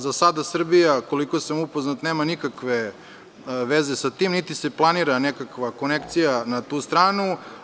Za sada Srbija, koliko sam upoznat, nema nikakve veze sa tim, niti se planira nekakva konekcija na tu stranu.